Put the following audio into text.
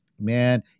Man